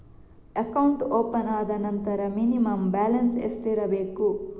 Account open ಆದ ನಂತರ minimum balance ಎಷ್ಟಿರಬೇಕು?